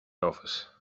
office